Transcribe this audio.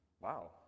Wow